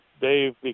Dave